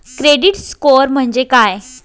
Credit score म्हणजे काय?